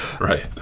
Right